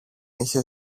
είχε